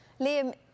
Liam